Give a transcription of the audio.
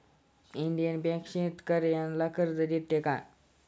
Indian bank शेतकर्यांना कर्ज देते का?